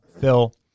phil